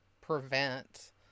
prevent